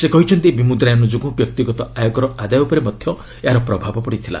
ସେ କହିଛନ୍ତି ବିମ୍ବଦ୍ରାୟନ ଯୋଗୁଁ ବ୍ୟକ୍ତିଗତ ଆୟକର ଆଦାୟ ଉପରେ ମଧ୍ୟ ଏହାର ପ୍ରଭାବ ପଡ଼ିଥିଲା